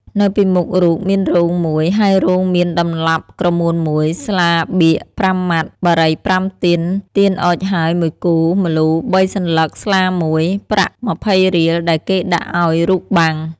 នៅពីមុខរូបមានរងមួយ ហើយរងមានដន្លាប់ក្រមួន១ ស្លាបៀក៥ម៉ាត់ បារី៥ ទៀន ទៀនអុជហើយ១គូ ម្លូ៣សន្លឹក ស្លាមួយ ប្រាក់២០រៀល ដែលគេដាក់ឲ្យរូបបាំង ។